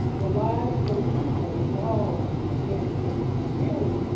the lives of those people involved in in really,